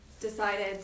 decided